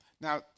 Now